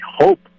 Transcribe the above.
hope